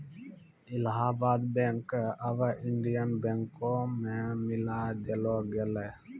Allahabad bank क आबै Indian बैंको मे मिलाय देलो गेलै